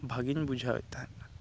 ᱵᱷᱟᱜᱤᱧ ᱵᱩᱡᱷᱟᱹᱣᱮᱫ ᱛᱟᱦᱮᱫ